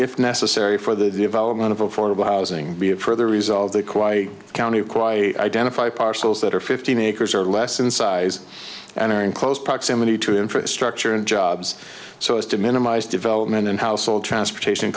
if necessary for the development of affordable housing we have further resolved it quite county quite identify parcels that are fifteen acres or less in size and are in close proximity to infrastructure and jobs so as to minimize development in household transportation